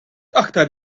aktar